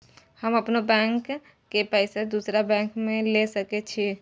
हम अपनों बैंक के पैसा दुसरा बैंक में ले सके छी?